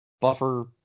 buffer